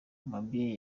mabior